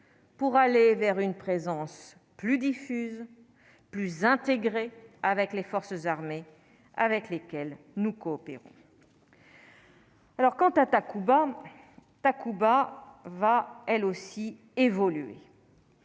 pour aller vers une présence plus diffuse, plus intégrée avec les forces armées avec lesquels nous coopérons. Alors quant à Takuba takuba, va elle aussi évoluer,